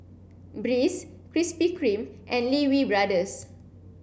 Breeze Krispy Kreme and Lee Wee Brothers